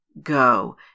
Go